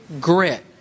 grit